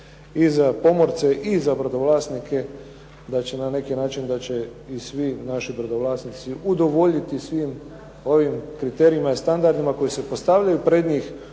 i za pomorce i za brodovlasnike da će na neki način, da će i svi naši brodovlasnici udovoljiti svim ovim kriterijima i standardima koji se postavljaju pred njih